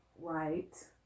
Right